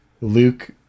Luke